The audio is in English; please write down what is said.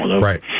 Right